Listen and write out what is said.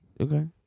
Okay